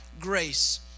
grace